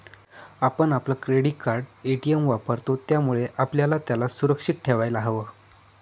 आपण आपलं credit card, ATM वापरतो, त्यामुळे आपल्याला त्याला सुरक्षित ठेवायला हव